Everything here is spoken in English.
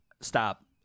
Stop